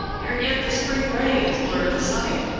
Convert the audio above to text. ere yet the spring rains blur the sight,